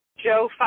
Joe